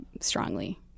strongly